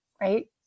right